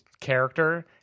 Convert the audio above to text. character –